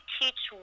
teach